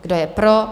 Kdo je pro?